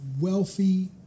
wealthy